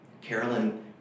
Carolyn